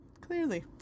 Clearly